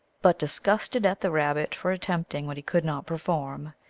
but, disgusted at the rabbit for attempting what he could not perform,